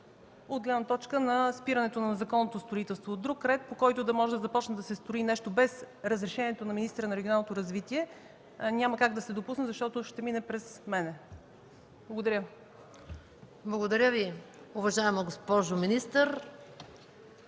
от гледна точка спирането на незаконното строителство. Друг ред, по който да може да започне да се строи нещо без разрешението на министъра на регионалното развитие, няма как да се допусне, защото ще мине през мен. Благодаря. ПРЕДСЕДАТЕЛ МАЯ МАНОЛОВА: Благодаря Ви, уважаема госпожо министър.